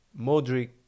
Modric